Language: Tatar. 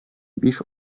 биш